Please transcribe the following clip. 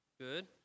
Good